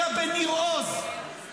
אלא בניר עוז.